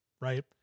right